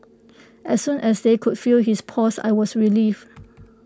as soon as they could feel his pulse I was relieved